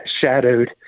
shadowed